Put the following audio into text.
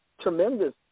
tremendous